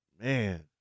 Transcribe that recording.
man